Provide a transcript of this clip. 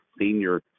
senior